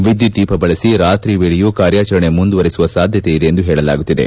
ವಿದ್ಯುತ್ ದೀಪ ಬಳಸಿ ರಾತ್ರಿವೇಳೆಯೂ ಕಾರ್ಯಾಚರಣೆ ಮುಂದುವರೆಸುವ ಸಾಧ್ಯತೆ ಇದೆ ಎಂದು ಹೇಳಲಾಗುತ್ತಿದೆ